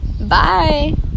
Bye